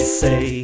say